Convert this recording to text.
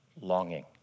longing